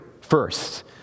first